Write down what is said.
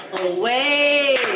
away